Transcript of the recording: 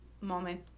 moment